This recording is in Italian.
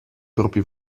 propri